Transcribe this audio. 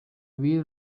wheel